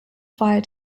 fire